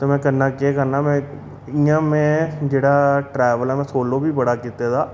ते में करना केह् करना इ'यां में जेह्ड़ा ट्रैवल ऐ में सोलो बी बड़ा कीते दा